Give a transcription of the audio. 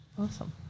awesome